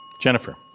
Jennifer